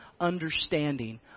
understanding